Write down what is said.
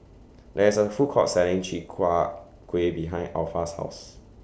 There IS A Food Court Selling Chi Kak Kuih behind Alpha's House